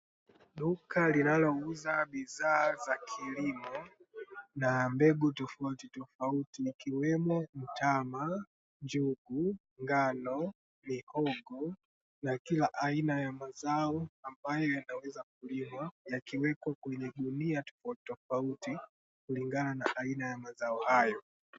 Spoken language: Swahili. Duka linalouza bidhaa za kilimo cha mbegu tofautitofauti ikiwemo mtama, njugu, ngano, mihogo na kila aina ya mazao ambayo yanaweza kulimwa, yakiwekwa kwenye magunia tofautitofauti kulingana na aina ya mazao hayo.